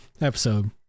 episode